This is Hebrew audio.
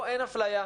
פה אין אפליה,